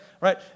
right